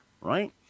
right